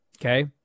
okay